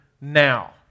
now